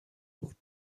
بود